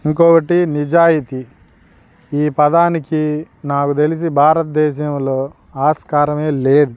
ఇంకోకటి నిజాయితి ఈ పదానికి నాకు తెలిసి భారతదేశంలో ఆస్కారమే లేదు